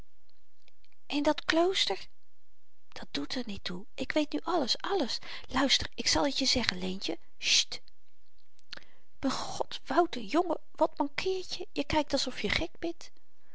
en dat klooster dat doet er niet toe ik weet nu alles alles luister ik zal t je zeggen leentje sjt m'n god wouter jongen wat mankeert je je kykt alsof je gek bent